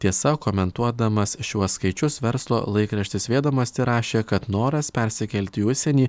tiesa komentuodamas šiuos skaičius verslo laikraštis vėdamasti rašė kad noras persikelti į užsienį